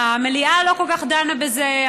המליאה לא כל כך דנה בזה,